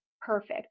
Perfect